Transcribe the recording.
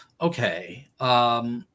Okay